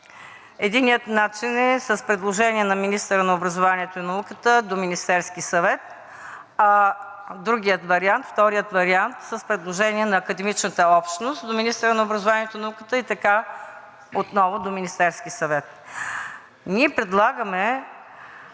Единият начин е с предложение на министъра на образованието и науката до Министерския съвет, а вторият вариант – с предложение на академичната общност до министъра на образованието и науката, и така отново до Министерския съвет. Ние предлагаме